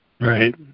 Right